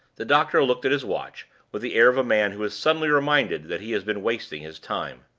the doctor looked at his watch with the air of a man who is suddenly reminded that he has been wasting his time.